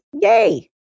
Yay